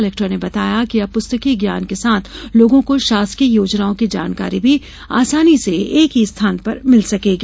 collector ने बताया कि अब पुस्तकीय ज्ञान के साथ लोगो को शासकीय योजनाओं की जानकारी भी आसानी से एक ही स्थान पर मिल सकेगी